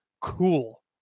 cool